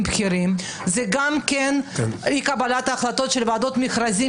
בכירים וגם באי קבלת החלטות של ועדות מכרזים